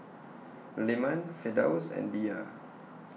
Leman Firdaus and Dhia